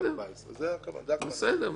בסדר גמור.